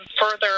further